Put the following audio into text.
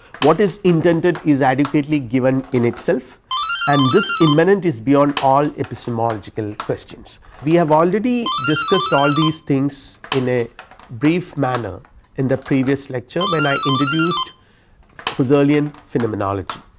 what is intended is adequately given in itself and this immanent is beyond all epistemological questions, we have already discussed all these things in a brief manner in the previous lecture, when i introduced husserlian phenomenology.